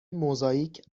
موزاییک